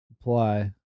Apply